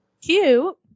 Cute